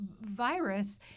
virus